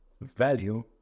value